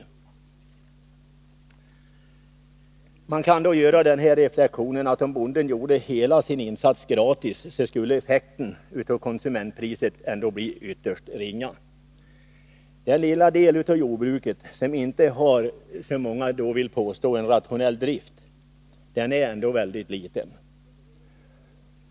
Man kan göra den reflexionen, att om bonden gjorde hela sin insats gratis skulle effekten på konsumentpriset bli ytterst ringa. Den del av jordbruket som inte har, som många vill påstå, en rationell drift, är väldigt liten.